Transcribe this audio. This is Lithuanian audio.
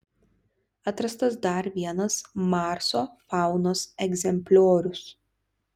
atrastas dar vienas marso faunos egzempliorius